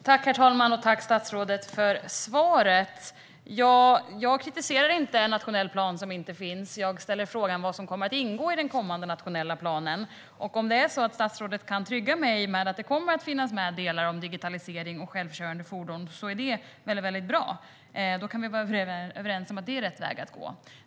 Herr talman! Jag tackar statsrådet för svaret. Jag kritiserar inte en nationell plan som inte finns, utan ställer frågan vad som kommer att ingå i den kommande nationella planen. Om det är så att statsrådet kan trygga mig med att det kommer att finnas med delar om digitalisering och självkörande fordon är det väldigt bra. Då kan vi vara överens om att det är rätt väg att gå.